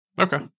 Okay